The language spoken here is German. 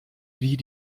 wie